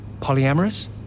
Polyamorous